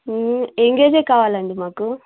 ఎంగేజే కావలండీ మాకు